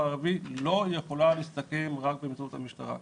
הערבי לא יכולה להסתכם רק באמצעות המשטרה.